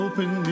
Open